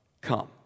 come